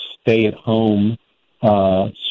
stay-at-home